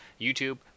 YouTube